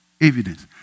Evidence